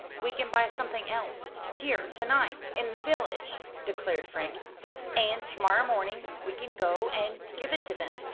we can buy something else here to-night in the village, declared frank and to-morrow morning we can go and give it to them.